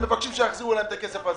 אתם מבקשים שיחזירו להם את הכסף הזה.